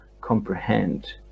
comprehend